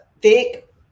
thick